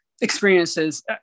experiences